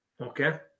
Okay